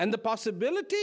and the possibility